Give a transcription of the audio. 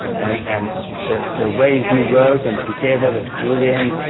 and and the the way he worked and together with julien